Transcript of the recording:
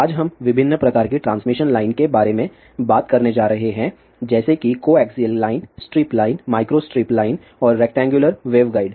आज हम विभिन्न प्रकार की ट्रांसमिशन लाइन के बारे में बात करने जा रहे हैं जैसे कि coaxial line strip line microstrip line और रेक्टैंगुलर वेवगाइड